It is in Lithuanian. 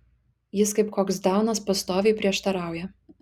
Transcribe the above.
jis kaip koks daunas pastoviai prieštarauja